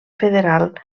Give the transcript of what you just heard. federal